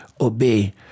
obey